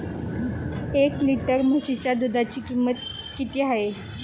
एक लिटर म्हशीच्या दुधाची किंमत किती आहे?